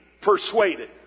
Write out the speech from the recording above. persuaded